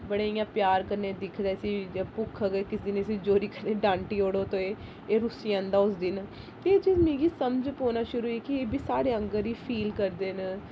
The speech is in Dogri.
बड़े इ'यां प्यार कन्नै दिखदे असेंगी भुक्ख अगर किसे दिन इसी जोरियै कदें डांटी ओड़ो ते एह् रुस्सी जंदा उस दिन ते मिगी समझ पौना शुरू होई गेई कि एह् बी स्हाड़े आंह्गर ई फील करदे न